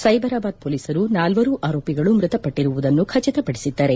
ಸೈಬರಾಬಾದ್ ಪೊಲೀಸರು ನಾಲ್ವರೂ ಆರೋಪಿಗಳು ಮೃತಪಟ್ಟರುವುದನ್ನು ಖಚಿತ ಪಡಿಸಿದ್ದಾರೆ